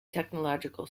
technological